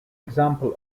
example